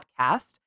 podcast